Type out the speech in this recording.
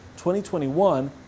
2021